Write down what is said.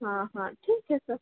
हाँ हाँ ठीक है सर